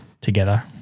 together